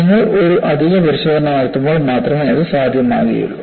നിങ്ങൾ ഒരു അധിക പരിശോധന നടത്തുമ്പോൾ മാത്രമേ അത് സാധ്യമാകൂ